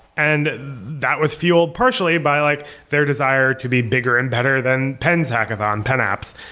and that was fueled partially by like their desire to be bigger and better than penn's hackathon, penn apps.